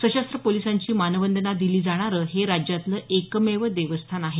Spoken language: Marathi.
सशस्त्र पोलिसांची मानवंदना दिली जाणारं हे राज्यातलं एकमेव देवस्थान आहे